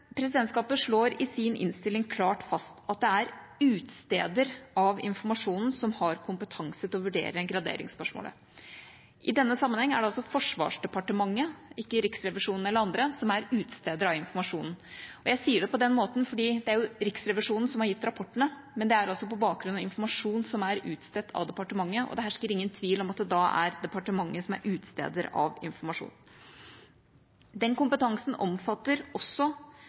Presidentskapet slår i sin innstilling klart fast at det er utsteder av informasjonen som har kompetanse til å vurdere graderingsspørsmålet. I denne sammenheng er det altså Forsvarsdepartementet, ikke Riksrevisjonen eller andre, som er utsteder av informasjonen. Jeg sier det på den måten, fordi det er Riksrevisjonen som har gitt rapportene, men det er på bakgrunn av informasjon som er utstedt av departementet, og det hersker ingen tvil om at det da er departementet som er utsteder av informasjonen. Den kompetansen omfatter også